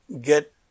get